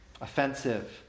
offensive